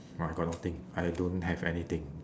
!wah! I got nothing I don't have anything